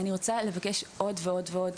אני רוצה לבקש עוד ועוד ועוד.